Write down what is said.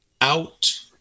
out